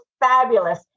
fabulous